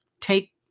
take